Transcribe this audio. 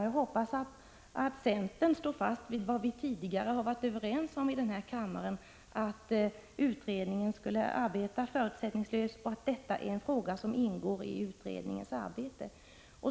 Jag hoppas att centern står fast vid det som vi tidigare har varit överens om i denna kammare, nämligen att utredningen skall arbeta förutsättningslöst och att den här frågan ingår i utredningens arbete.